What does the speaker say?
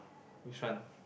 which one